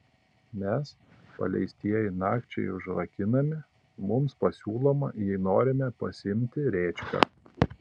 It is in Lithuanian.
mes paleistieji nakčiai užrakinami mums pasiūloma jei norime pasiimti rėčką